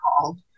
called